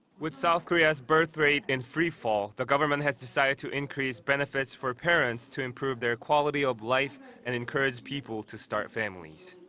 with south korea's birth rate in freefall, the government has decided to increase benefits for parents to improve their quality of life and encourage people to start families.